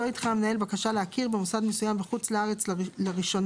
לא ידחה המנהל בקשה להכיר במוסד מסוים מחוץ לארץ לראשונה,